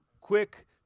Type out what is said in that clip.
quick